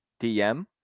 DM